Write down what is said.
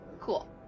Cool